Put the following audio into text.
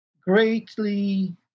greatly